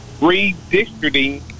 redistricting